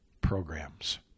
programs